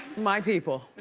my people.